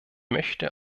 möchte